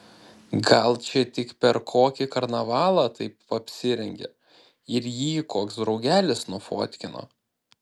gal čia tik per kokį karnavalą taip apsirengė ir jį koks draugelis nufotkino